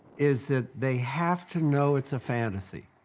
is that they have to know it's a fantasy.